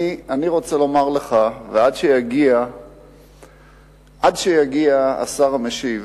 אני רוצה לומר לך, עד שיגיע השר המשיב,